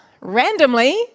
randomly